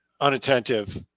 unattentive